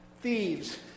thieves